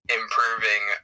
improving